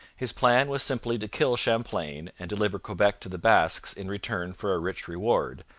his plan was simply to kill champlain and deliver quebec to the basques in return for a rich reward,